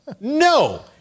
no